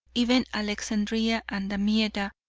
even alexandria and damietta,